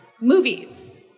movies